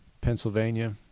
Pennsylvania